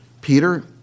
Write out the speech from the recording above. Peter